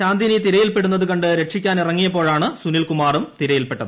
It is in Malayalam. ശാന്തിനി തിരയിൽപ്പെടുന്നതുകണ്ട് രക്ഷിക്കാനിറങ്ങിയപ്പോഴാണ് സുനിൽകുമാറും തിരയിൽപ്പെട്ടത്